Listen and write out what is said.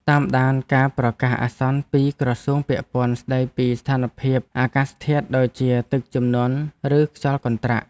តាមដានការប្រកាសអាសន្នពីក្រសួងពាក់ព័ន្ធស្តីពីស្ថានភាពអាកាសធាតុដូចជាទឹកជំនន់ឬខ្យល់កន្ត្រាក់។